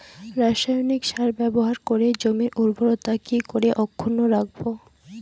রাসায়নিক সার ব্যবহার করে জমির উর্বরতা কি করে অক্ষুণ্ন রাখবো